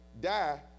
die